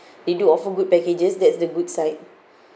they do offer good packages that's the good side